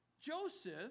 Joseph